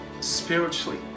spiritually